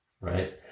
right